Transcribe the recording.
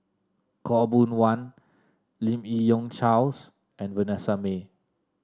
Khaw Boon Wan Lim Yi Yong Charles and Vanessa Mae